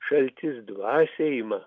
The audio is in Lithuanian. šaltis dvasią ima